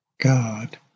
God